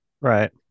Right